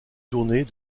tournée